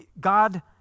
God